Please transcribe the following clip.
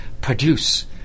produce